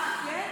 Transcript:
אה, כן?